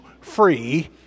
free